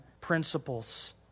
principles